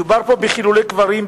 מדובר פה בחילולי קברים,